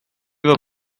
were